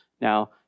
Now